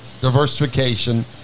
diversification